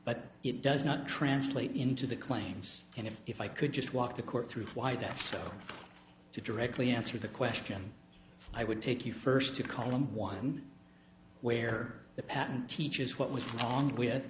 but it does not translate into the claims and if if i could just walk the court through why that's so to directly answer the question i would take you first to column one where the patent teaches what was wrong with